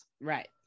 Right